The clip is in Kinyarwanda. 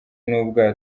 n’ubwato